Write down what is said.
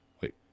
wait